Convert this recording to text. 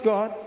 God